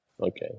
okay